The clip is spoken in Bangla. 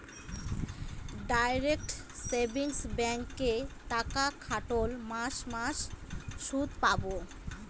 ডাইরেক্ট সেভিংস ব্যাঙ্কে টাকা খাটোল মাস মাস সুদ পাবো